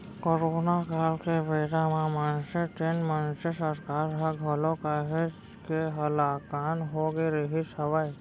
corona काल के बेरा म मनसे तेन मनसे सरकार ह घलौ काहेच के हलाकान होगे रिहिस हवय